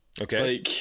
Okay